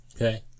Okay